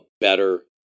better